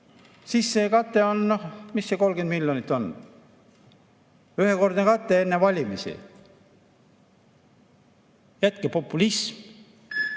Siis see kate on ... Noh, mis see 30 miljonit on? Ühekordne kate enne valimisi. Jätke populism!